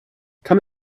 come